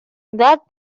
that